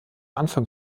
anfang